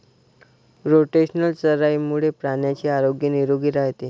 rotational चराईमुळे प्राण्यांचे आरोग्य निरोगी राहते